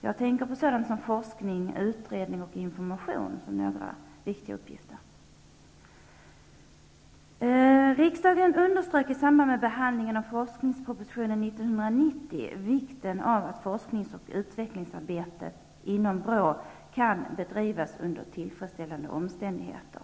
Jag tänker då på t.ex. forskning, utredning och information, som är viktiga. vikten av att forskningsoch utvecklingsarbete inom BRÅ kan bedrivas under tillfredsställande omständigheter.